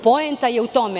Poenta je u tome.